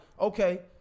okay